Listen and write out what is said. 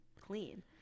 Clean